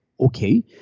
okay